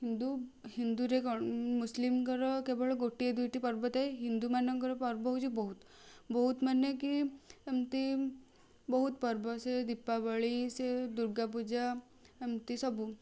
ହିନ୍ଦୁ ହିନ୍ଦୁରେ କ'ଣ ମୁସଲିମ୍ଙ୍କର କେବଳ ଗୋଟିଏ ଦୁଇଟି ପର୍ବ ଥାଏ ହିନ୍ଦୁ ମାନଙ୍କର ପର୍ବ ହେଉଛି ବହୁତ ବହୁତ ମାନେ କି ଏମିତି ବହୁତ ପର୍ବ ସେ ଦୀପାବଳି ସେ ଦୁର୍ଗାପୂଜା ଏମିତି ସବୁ